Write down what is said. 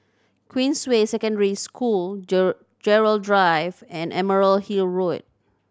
Queensway Secondary School Gerald Drive and Emerald Hill Road